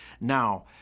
Now